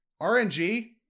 RNG